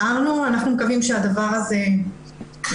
הערנו ואנחנו מקווים שהדבר הזה יתוקן.